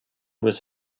was